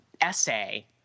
essay